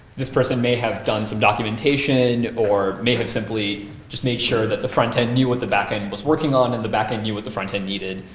this person may have done some documentation or may have simply just made sure that the frontend knew what the backend was working on and the backend knew what the frontend needed,